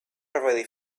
already